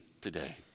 today